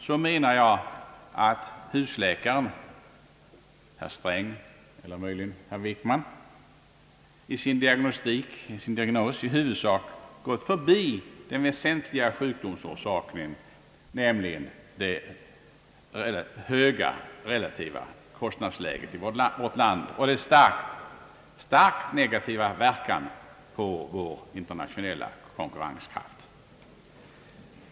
Jag menar i alla fall att husläkaren, herr Sträng eller möjligen herr Wickman, i sin diagnos i huvudsak gått förbi den väsentliga sjukdomsorsaken, nämligen det relativt höga kostnadsläget i vårt land och dess starkt negativa verkan på vår internationella konkurrenskraft.